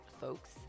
folks